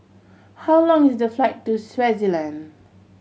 how long is the flight to Swaziland